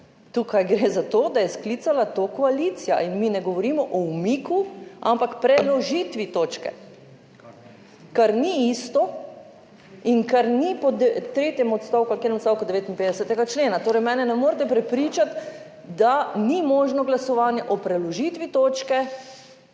tukaj gre za to, da je sklicala to koalicija in mi ne govorimo o umiku, ampak preložitvi točke, kar ni isto in kar ni po tretjem odstavku ali katerem odstavku 59. člena. Torej mene ne morete prepričati, da ni možno glasovanje o preložitvi točke,